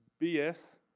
BS